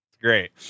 Great